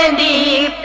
and the